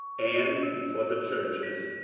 and before the churches,